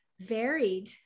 Varied